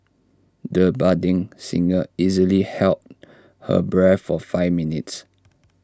the budding singer easily held her breath for five minutes